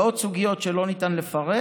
ועוד סוגיות שלא ניתן לפרט,